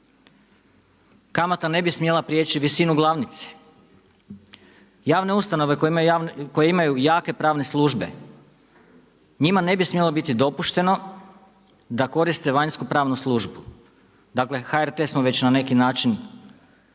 Kamata ne bi smjela priječi visinu glavnice. Javne ustanove koje imaju jake pravne službe njima ne bi smjelo biti dopušteno da koriste vanjsku pravnu službu. Dakle HRT smo već na neki način